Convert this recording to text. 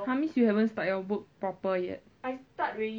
!huh! so that means you haven't start your work proper yet